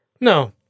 No